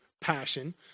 passion